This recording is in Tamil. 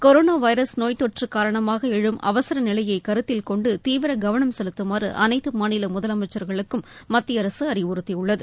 கொரோனா வைரஸ் நோய் தொற்று காரணமாக எழும் அவசர நிலையை கருத்தில்கொண்டு தீவிர கவனம் செலுத்தமாறு அனைத்து மாநில முதலமைச்சர்களுக்கும் மத்திய அரசு அறிவுறத்தியுள்ளது